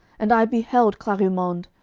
and i beheld clarimonde,